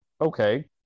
Okay